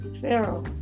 pharaoh